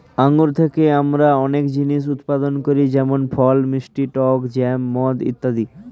আঙ্গুর থেকে আমরা অনেক জিনিস উৎপাদন করি যেমন ফল, মিষ্টি, টক জ্যাম, মদ ইত্যাদি